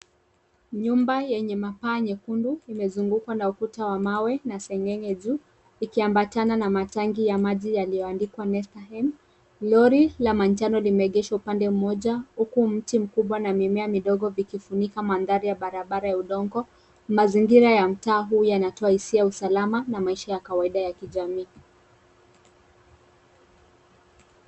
Nyumba yenye mapaa mekundu imezungukwa na ukuta wa mawe na sengenge juu ikiambatana na matanki ya maji yaliyoandikwa Nesta Hem. Lori la manjano limeegeshwa upande mmoja huku mti mkubwa na mimea midogo vikifunika mandhari ya barabara ya udongo. Mazingira ya mtaa huu yanatoa hisia ya usalama na maisha ya kawaida ya kijamii.